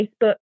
Facebook